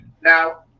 now